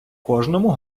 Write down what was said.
кожному